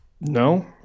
No